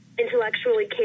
intellectually